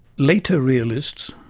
later realists,